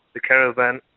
the caravan,